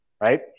right